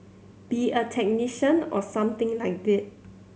be a technician or something like they